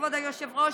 כבוד היושב-ראש,